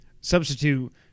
substitute